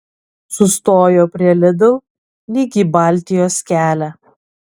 sustojo prie lidl lyg į baltijos kelią